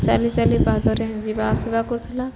ଚାଲି ଚାଲି ପାଦରେ ଯିବା ଆସିବା କରୁଥିଲା